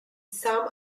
some